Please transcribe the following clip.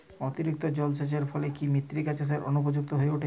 অতিরিক্ত জলসেচের ফলে কি মৃত্তিকা চাষের অনুপযুক্ত হয়ে ওঠে?